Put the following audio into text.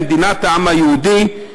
היא מדינת העם היהודי,